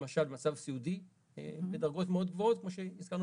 למשל מצב סיעודי בדרגות מאוד גבוהות כמו שהזכרנו